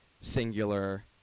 singular